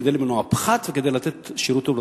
כדי למנוע פחת וכדי לתת שירות טוב לתושבים.